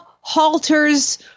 halters